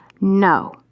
No